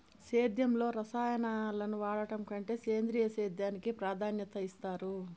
సేద్యంలో రసాయనాలను వాడడం కంటే సేంద్రియ సేద్యానికి ప్రాధాన్యత ఇస్తారు